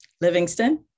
Livingston